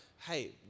Hey